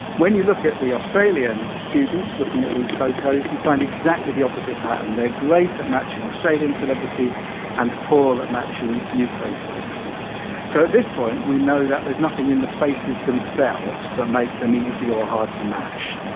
when you look at the australian students looking at these photos, you find exactly the opposite pattern. they're great at matching australian celebrities and poor at matching u k. celebrities so at this point, we know that there's nothing in the faces themselves that make them easy or hard to match.